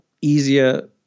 easier